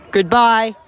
Goodbye